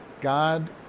God